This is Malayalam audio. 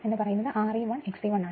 ഇത് R e 1 X e 1 ആണ്